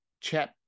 chat